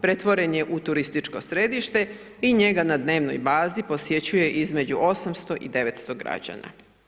Pretvoren je u turističko središte i njega na dnevnoj bazi posjećuje između 800 i 900 građana.